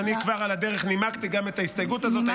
אני כבר על הדרך נימקתי גם את ההסתייגות הזאת.